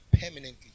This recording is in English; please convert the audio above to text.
permanently